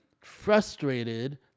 frustrated